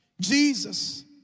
Jesus